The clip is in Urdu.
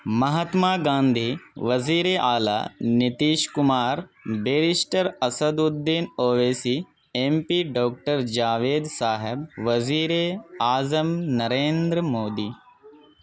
مہاتما گاندھی وزیر اعلیٰ Nitish Kumar barrister Asaduddin Owaisi M P doctor Javed صاحب وزیر اعظم نریندر مودی